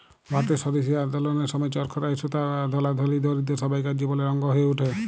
ভারতের স্বদেশী আল্দললের সময় চরখায় সুতা বলা ধলি, দরিদ্দ সব্বাইকার জীবলের অংগ হঁয়ে উঠে